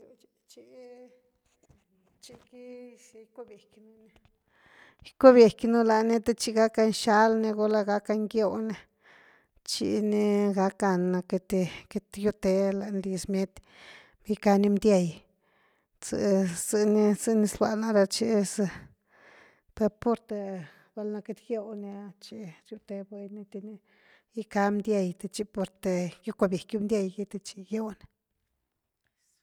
Chi chiqui dizi gicubiecnu ni, gicubiecnu lani te chi gacka xalni gula gackan gieu ni tchi ni gackan queity-queity giu the lany lis bmiet, gicka ni ndiei, zeni-zeni xlua ná re tchi per púrte velna queity gyew ni ha chi riute buny in th ni gicka ni ndiei te tchipurte gickua biequiu ndiei gi te chi gieu ni.